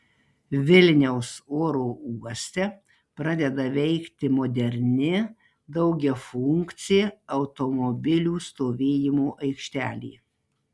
vilniaus oro uoste pradeda veikti moderni daugiafunkcė automobilių stovėjimo aikštelė